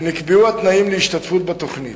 ונקבעו התנאים להשתתפות בתוכנית.